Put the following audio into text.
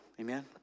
Amen